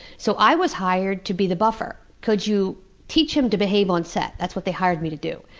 so i was hired to be the buffer could you teach him to behave on set? that's what they hired me to do.